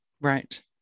Right